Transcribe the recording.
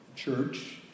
Church